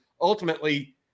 ultimately